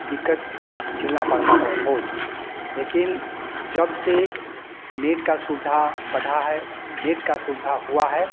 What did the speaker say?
दिक़्क़त झेलना पड़ता था बहुत लेकिन जब से नेट का सुविधा बढ़ा है नेट का सुविधा हुआ है